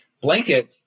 blanket